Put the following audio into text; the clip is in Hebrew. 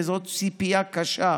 וזאת ציפייה קשה,